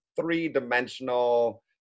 three-dimensional